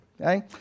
okay